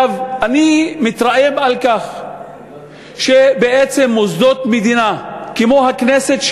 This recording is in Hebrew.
אני מתרעם על כך שבעצם מוסדות מדינה, כמו הכנסת,